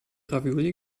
ravioli